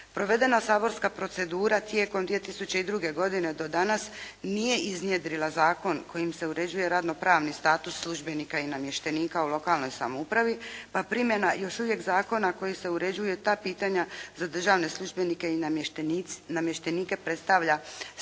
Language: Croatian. Provedena saborska procedura tijekom 2002. godine do danas nije iznjedrila zakon kojim se uređuje ravnopravni status službenika i namještenika u lokalnoj samoupravi, pa primjena još uvijek zakona koji se uređuje ta pitanja za državne službenike i namještenike predstavlja stalni